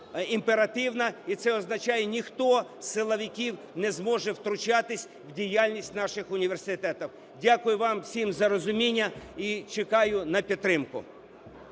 імперативна, і це означає: ніхто з силовиків не зможе втручатись у діяльність наших університетів. Дякую вам усім за розуміння і чекаю на підтримку.